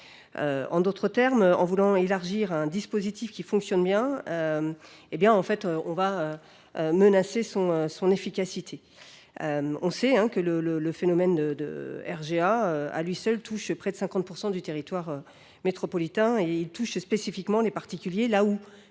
En d’autres termes, en voulant élargir un dispositif qui fonctionne bien, on va menacer son efficacité. On sait que le phénomène de RGA touche à lui seul près de 50 % du territoire métropolitain et affecte spécifiquement les particuliers, là